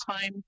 time